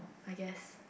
I guess